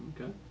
Okay